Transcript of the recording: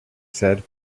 said